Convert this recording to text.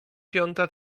piąta